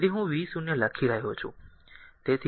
તેથી હું v0 થી લખી રહ્યો છું